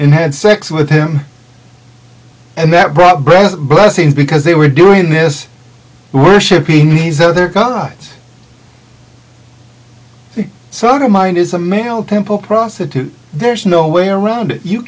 had sex with him and that brought back blessings because they were doing this worshipping these other guys sort of mind is a male temple prostitute there's no way around it you